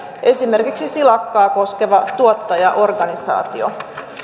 esimerkiksi silakkaa koskeva tuottajaorganisaatio kansainvälinen merentutkimuslaitos